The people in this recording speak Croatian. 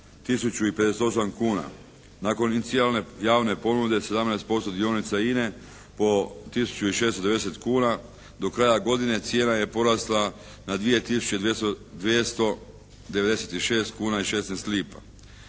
58 kuna. Nakon inicijalne javne ponude 17% dionica INA-e po 1690 kuna do kraja godine cijena je porasla na 2 tisuće 296 kuna i 16 lipa.